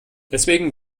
deswegen